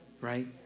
Right